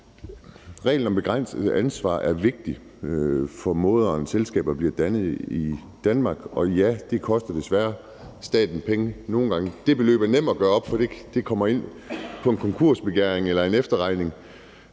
Reglen om et begrænset ansvar er vigtig for den måde, selskaber i Danmark bliver dannet, og ja, det koster desværre nogle gange staten penge. Det beløb er nemt at gøre op, fordi det kommer ind på en konkursbegæring eller en efterregning,